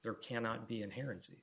there cannot be inherent city